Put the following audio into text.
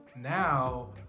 now